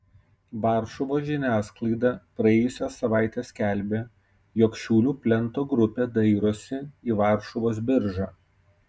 varšuvos žiniasklaida praėjusią savaitę skelbė jog šiaulių plento grupė dairosi į varšuvos biržą